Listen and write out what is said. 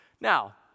Now